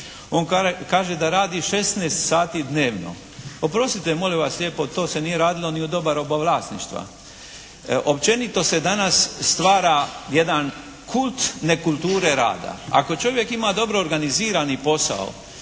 On kaže da radi 16 sati dnevno. Oprostite molim vas lijepo, to se nije radilo ni u doba robovlasništva. Općenito se danas stvara jedan kult neukulture rada. Ako čovjek ima dobro organizirani posao